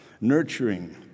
nurturing